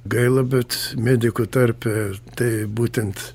gaila bet medikų tarpe tai būtent